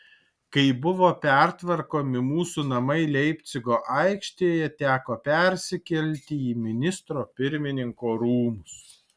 kai buvo pertvarkomi mūsų namai leipcigo aikštėje teko persikelti į ministro pirmininko rūmus